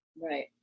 Right